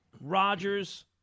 Rodgers